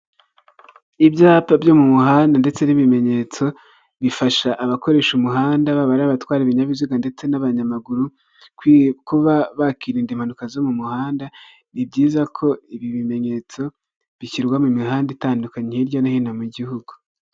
Ibyapa byo mu muhanda ndetse n'ibimenyetso, bifasha abakoresha umuhanda, baba ari abatwara ibinyabiziga ndetse n'abanyamaguru, kuba bakirinda impanuka zo mu muhanda, ni byiza ko ibi bimenyetso bishyirwa mu mihanda itandukanye hirya no hino mu gihugu.